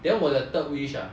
then 我的 third wish ah